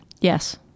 Yes